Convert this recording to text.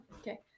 Okay